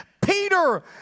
Peter